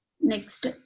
next